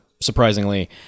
surprisingly